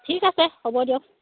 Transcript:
ঠিক আছে হ'ব দিয়ক